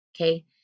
okay